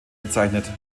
bezeichnet